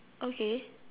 okay